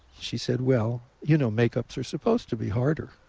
she said, well, you know makeups are supposed to be harder.